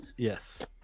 Yes